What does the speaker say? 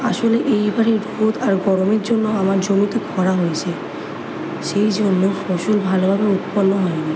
আসলে এইবার রোদ আর গরমের জন্য আমার জমিতে খরা হয়েছে সেই জন্য ফসল ভালোভাবে উৎপন্ন হয়নি